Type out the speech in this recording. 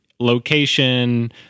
Location